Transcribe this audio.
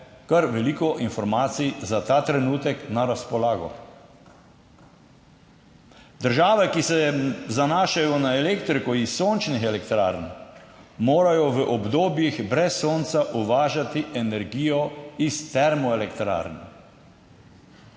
kar veliko informacij za ta trenutek na razpolago. Države, ki se zanašajo na elektriko iz sončnih elektrarn, morajo v obdobjih brez sonca uvažati energijo iz termoelektrarn.